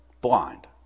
blind